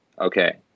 Okay